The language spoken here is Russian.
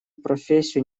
профессию